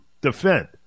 defend